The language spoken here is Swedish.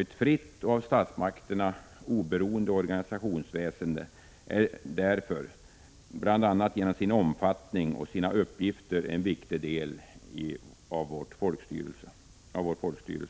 Ett fritt och av statsmakterna oberoende organisationsväsende är bl.a. därför genom sin omfattning och sina uppgifter en viktig del av vårt folkstyre.